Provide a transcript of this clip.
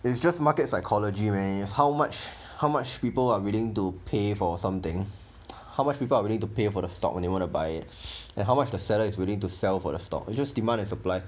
it's just market psychology man how much how much people are willing to pay for something how much people are willing to pay for the stock when they want to buy it and how much the seller is willing to sell for the stock just demand and supply